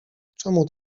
czemu